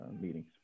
meetings